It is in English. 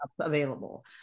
available